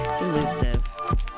Elusive